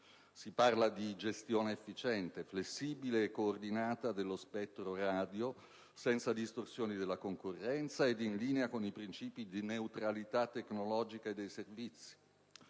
Si parla di gestione efficiente, flessibile e coordinata dello spettro radio, senza distorsioni della concorrenza e in linea con i princìpi di neutralità tecnologica dei servizi.